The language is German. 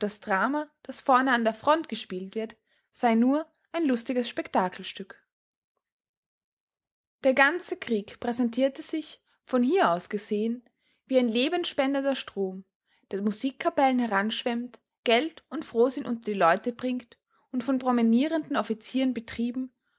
drama das vorne an der front gespielt wird sei nur ein lustiges spetakelstück der ganze krieg präsentierte sich von hier aus gesehen wie ein lebenspendender strom der musikkapellen heranschwemmt geld und frohsinn unter die leute bringt und von promenierenden offizieren betrieben